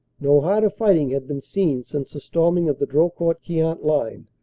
no harder fighting had been seen since the storming of the dro court-queant line,